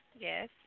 Yes